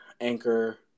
Anchor